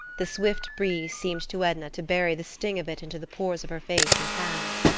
the swift breeze seemed to edna to bury the sting of it into the pores of her face and hands.